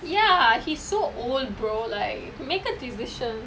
ya he so old brother like make a decision